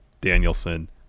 Danielson